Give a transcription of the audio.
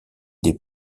des